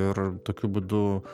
ir tokiu būdu